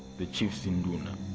the chief's induna.